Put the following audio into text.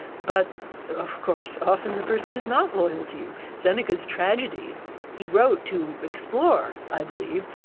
but of course often the person is not loyal to you seneca's tragedies he wrote to explore, i believe,